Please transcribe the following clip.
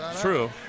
true